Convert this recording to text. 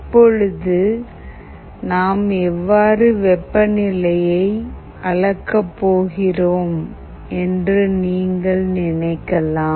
இப்போது நாம் எவ்வாறு வெப்பநிலையை அளக்கப் போகிறோம் என்று நீங்கள் நினைக்கலாம்